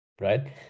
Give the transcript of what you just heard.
right